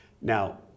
Now